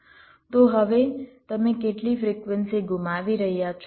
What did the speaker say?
તો હવે તમે કેટલી ફ્રિક્વન્સી ગુમાવી રહ્યા છો